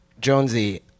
Jonesy